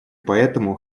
поэтому